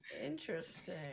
Interesting